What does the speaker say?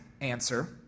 answer